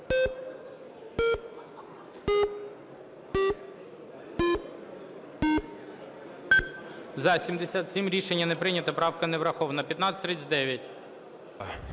За-77 Рішення не прийнято. Правка не врахована. 1539.